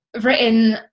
written